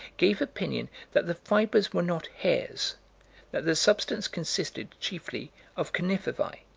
gave opinion that the fibers were not hairs that the substance consisted chiefly of conifervae.